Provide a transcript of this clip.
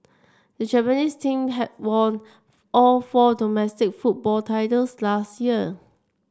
the Japanese team had won all four domestic football titles last year